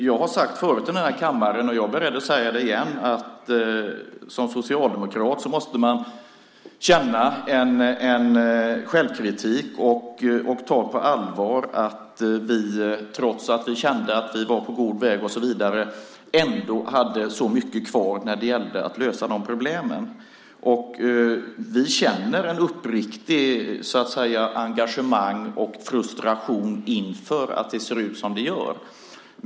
Jag har sagt förut i den här kammaren, och jag är beredd att säga det igen: Som socialdemokrat måste man känna självkritik och ta på allvar att vi trots att vi kände att vi var på god väg och så vidare hade så mycket kvar när det gällde att lösa problemen. Vi känner ett uppriktigt engagemang och en frustration inför att det ser ut som det gör.